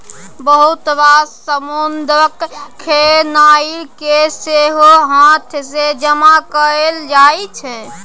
बहुत रास समुद्रक खेनाइ केँ सेहो हाथ सँ जमा कएल जाइ छै